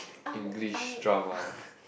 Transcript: English drama